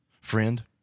Friend